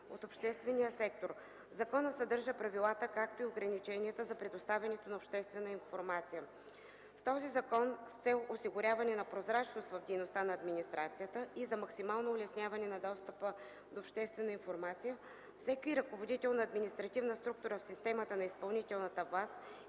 от обществения сектор. Законът съдържа правилата, както и ограниченията за предоставянето на обществена информация. В този закон с цел осигуряване на прозрачност в дейността на администрацията и за максимално улесняване на достъпа до обществена информация за всеки ръководител на административна структура в системата на изпълнителната власт